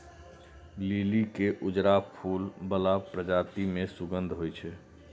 लिली के उजरा फूल बला प्रजाति मे सुगंध होइ छै